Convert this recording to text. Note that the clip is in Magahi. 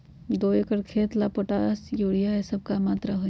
दो एकर खेत के ला पोटाश, यूरिया ये सब का मात्रा होई?